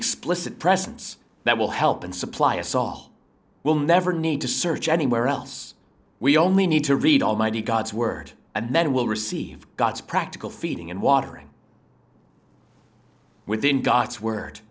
explicit presence that will help and supply a saw will never need to search anywhere else we only need to read almighty god's word and then will receive god's practical feeding and watering within god's word